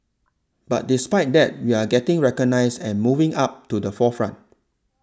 but despite that we are getting recognised and moving up to the forefront